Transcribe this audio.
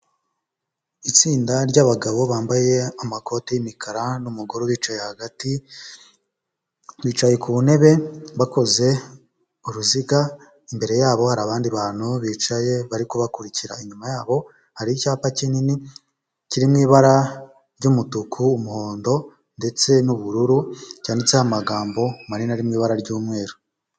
Itsinda ry'abagabo bambaye amakoti y'imikara n'umugore ubicaye hagati, bicaye ku ntebe bakoze uruziga, imbere yabo hari abandi bantu bicaye bari kubakurikira, inyuma yabo hari icyapa kinini kiri mu ibara ry'umutuku, umuhondo ndetse n'ubururu cyanditseho amagambo manini ari mu ibara ry'umweru.